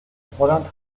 holland